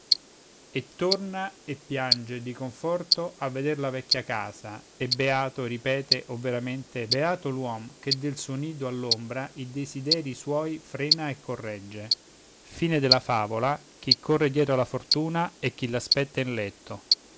e torna e piange di conforto a veder la vecchia casa e beato ripete o veramente beato l'uom che del suo nido all'ombra i desideri suoi frena e corregge hi corre dietro alla ortuna e chi l